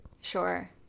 Sure